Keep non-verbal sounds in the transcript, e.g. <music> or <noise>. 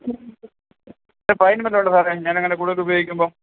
<unintelligible> fine വല്ലതും ഉണ്ടോ സാറെ ഞാൻ അങ്ങനെ കൂടുതൽ ഉപയോഗിക്കുമ്പോൾ